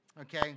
okay